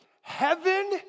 heaven